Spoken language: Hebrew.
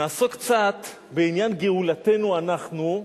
נעסוק קצת בעניין גאולתנו אנחנו,